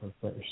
first